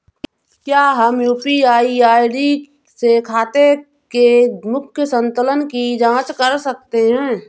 क्या हम UPI ID से खाते के मूख्य संतुलन की जाँच कर सकते हैं?